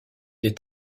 est